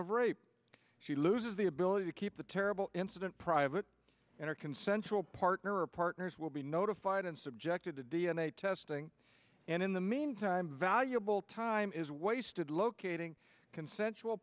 of rape she loses the ability to keep the terrible incident private in a consensual partner or partners will be notified and subjected to d n a testing and in the meantime valuable time is wasted locating consensual